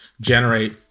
generate